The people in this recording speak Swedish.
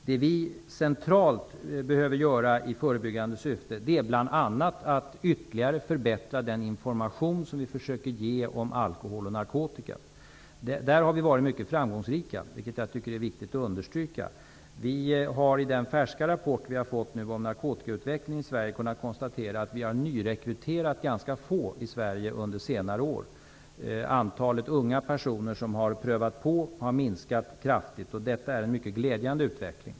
Det vi centralt behöver göra i förebyggande syfte är bl.a. att ytterligare förbättra den information som vi försöker ge om alkohol och narkotika. Där har vi varit mycket framgångsrika, vilket jag tycker det är viktigt att understryka. I den färska rapport som vi har fått om narkotikautvecklingen i Sverige har vi kunnat konstatera att vi har ''nyrekryterat'' ganska få i Sverige under senare år. Antalet unga personer som har prövat på narkotika har minskat kraftigt. Detta är en mycket glädjande utveckling.